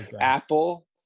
Apple